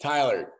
Tyler